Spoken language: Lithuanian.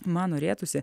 man norėtųsi